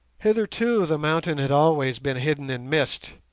hitherto the mountain had always been hidden in mist,